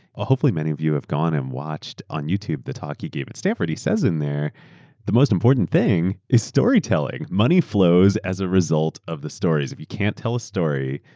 hopefully, many of you have gone and watched on youtube the talk he gave at stanford. he says in there the most important thing is story-telling. money flows as a result of the stories. if you canaeurt tell a story,